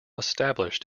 established